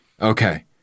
Okay